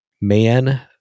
Man